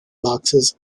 boxes